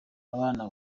abana